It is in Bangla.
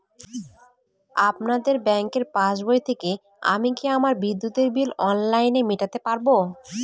আপনাদের ব্যঙ্কের পাসবই থেকে আমি কি আমার বিদ্যুতের বিল অনলাইনে মেটাতে পারবো?